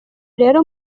rero